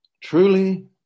Truly